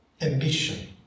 ambition